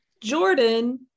jordan